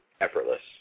effortless